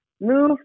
move